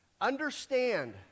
understand